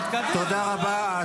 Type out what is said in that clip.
תודה רבה.